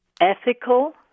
ethical